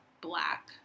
black